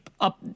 up